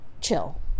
chill